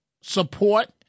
support